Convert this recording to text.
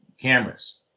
cameras